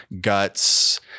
Guts